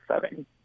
setting